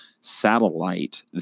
satellite